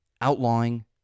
outlawing